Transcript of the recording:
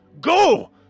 Go